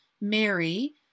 Mary